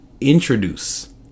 introduce